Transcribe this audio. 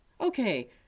Okay